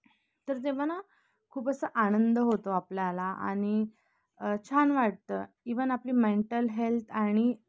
तर तेव्हा ना खूप असं आनंद होतो आपल्याला आणि छान वाटतं इव्हन आपली मेंटल हेल्थ आणि